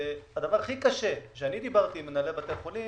והדבר הכי קשה, כשדיברתי עם מנהלי בתי החולים,